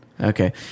Okay